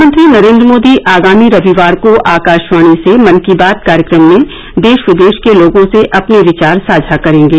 प्रधानमंत्री नरेन्द्र मोदी आगामी रविवार को आकाशवाणी से मन की बात कार्यक्रम में देश विदेश के लोगों से अपने विचार साझा करेंगे